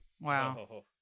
wow